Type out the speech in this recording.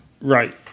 Right